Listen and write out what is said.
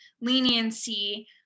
leniency